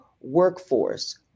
workforce